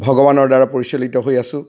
ভগৱানৰদ্বাৰা পৰিচালিত হৈ আছোঁ